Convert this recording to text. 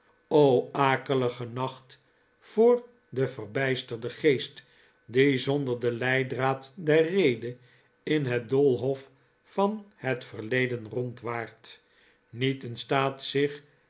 o akelige nacht voor den verbijsterden geest die zonder den leidraad der rede in net doolhof van het verleden rondwaart niet in staat zich